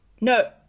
No